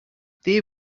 they